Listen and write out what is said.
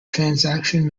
transaction